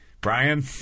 Brian